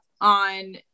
on